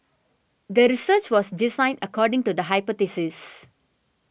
the research was designed according to the hypothesis